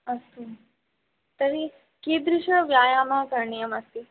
अस्तु तर्हि कीदृशः व्यायामः करणीयम् अस्ति